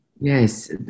Yes